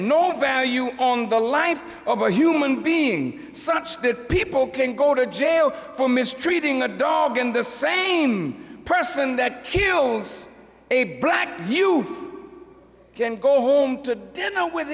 no value on the life of a human being such that people can go to jail for mistreating a dog and the same person that kills a black you can go home to dinner with